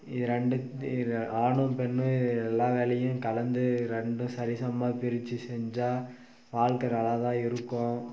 இது ரெண்டுத்தையும் ஆணும் பெண்ணும் எல்லா வேலையும் கலந்து ரெண்டும் சரி சமமாக பிரித்து செஞ்சால் வாழ்க்கை நல்லாதான் இருக்கும்